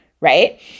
right